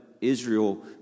Israel